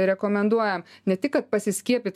rekomenduoja ne tik kad pasiskiepyt